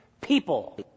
people